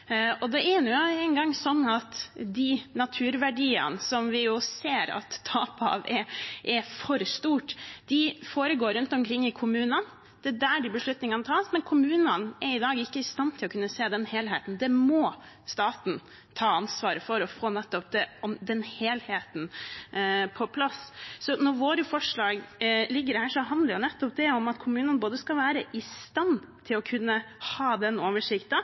på. Det er nå en gang sånn at når det gjelder naturverdiene der vi ser at tapet er for stort, foregår det rundt omkring i kommunene. Det er der beslutningene tas, men kommunene er i dag ikke i stand til å kunne se den helheten. Staten må ta ansvar for å få den helheten på plass. Når våre forslag ligger her, handler det nettopp om både at kommunene skal være i stand til å ha den